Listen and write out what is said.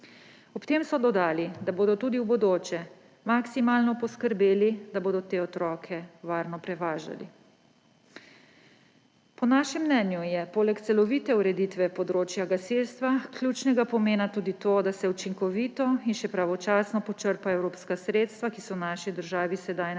Ob tem so dodali, da bodo tudi v bodoče maksimalno poskrbeli, da bodo te otroke varno prevažali. Po našem mnenju je poleg celovite ureditve področja gasilstva ključnega pomena tudi to, da se učinkovito in še pravočasno počrpajo evropska sredstva, ki so naši državi sedaj na voljo